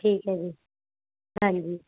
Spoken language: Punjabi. ਠੀਕ ਹੈ ਜੀ ਹਾਂਜੀ